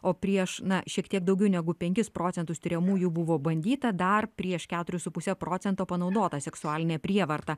o prieš na šiek tiek daugiau negu penkis procentus tiriamųjų buvo bandyta dar prieš keturis su puse procento panaudota seksualinė prievarta